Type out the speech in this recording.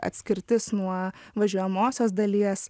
atskirtis nuo važiuojamosios dalies